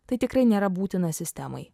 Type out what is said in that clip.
tai tikrai nėra būtina sistemai